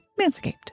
Manscaped